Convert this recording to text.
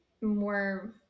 more